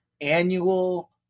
annual